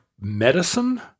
medicine